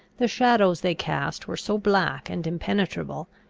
the shadows they cast were so black and impenetrable,